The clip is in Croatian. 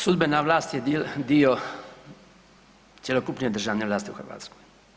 Sudbena vlast je dio cjelokupne državne vlasti u Hrvatskoj.